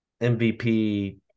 MVP